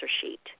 sheet